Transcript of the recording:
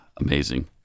Amazing